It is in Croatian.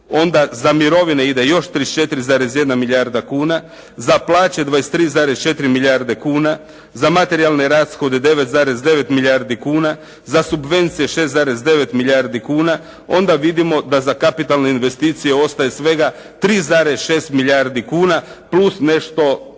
onda za mirovine ide još 34,1 milijarda kuna, za plaće 23,4 milijarde kuna za materijalne rashode 9,9 milijardi kuna, za subvencije 6,9 milijardi kuna, onda vidimo da za kapitalne investicije ostaje svega 3,6 milijardi kuna, plus nešto